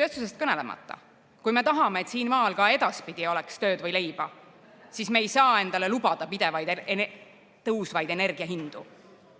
Tööstusest kõnelemata. Kui me tahame, et siin maal ka edaspidi oleks tööd ja leiba, siis me ei saa endale lubada pidevalt tõusvaid energia hindu.